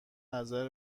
نظر